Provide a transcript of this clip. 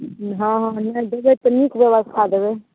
हँ हँ नहि देबै तऽ नीक व्यवस्था देबै